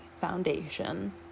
foundation